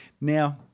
Now